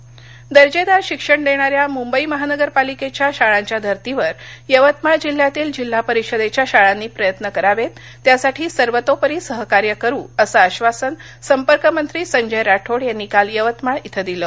शाळा यवतमाळ दर्जेदार शिक्षण देणाऱ्या मुंबई महानगरपालिकेच्या शाळांच्याधर्तीवर यवतमाळ जिल्ह्यातील जिल्हापरिषदेच्या शाळांनी प्रयत्न करावेत त्यासाठी सर्वतोपरी सहकार्य करू असं आश्वासन संपर्कमंत्री संजय राठोड यांनी काल यवतमाळ इथं दिलं